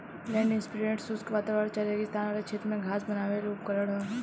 land imprinter शुष्क वातावरण चाहे रेगिस्तान वाला क्षेत्र में घास बोवेवाला उपकरण ह